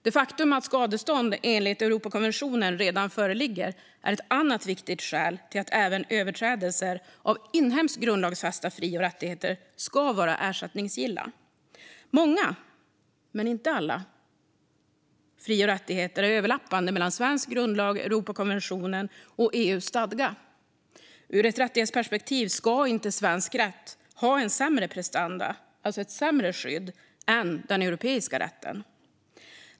Det faktum att skadestånd enligt Europakonventionen redan föreligger är ett annat viktigt skäl till att även överträdelser av inhemskt grundlagsfästa fri och rättigheter ska vara ersättningsgilla. Många, men inte alla, fri och rättigheter enligt svensk grundlag, Europakonventionen och EU:s stadga är överlappande. Ur ett rättighetsperspektiv ska svensk rätt inte ha sämre prestanda, alltså ge ett sämre skydd, än den europeiska rätten.